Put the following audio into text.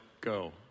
go